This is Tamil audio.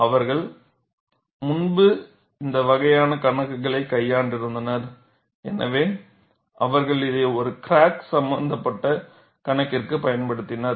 அவர்கள் முன்பு இந்த வகையான கணக்குக்களை கையாண்டிருந்தனர் எனவே அவர்கள் இதை ஒரு கிராக் சமந்தப்பட்ட கணக்கிற்கு பயன்படுத்தினர்